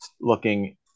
looking